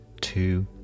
two